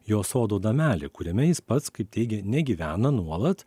jo sodo namelį kuriame jis pats kaip teigia negyvena nuolat